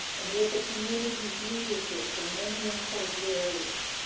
and with the community's leadership in many important areas.